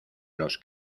los